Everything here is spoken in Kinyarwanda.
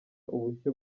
ubushyo